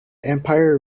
empire